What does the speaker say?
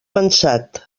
pensat